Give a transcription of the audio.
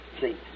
see